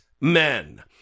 men